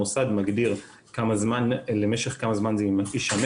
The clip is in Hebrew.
המוסד מגדיר למשך כמה זמן זה יישמר,